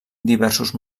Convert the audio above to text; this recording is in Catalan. diversos